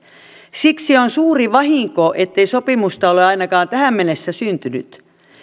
siksi on suuri vahinko ettei sopimusta ole ainakaan tähän mennessä syntynyt